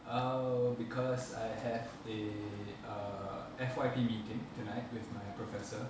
uh because I have a uh F_Y_P meeting tonight with my professor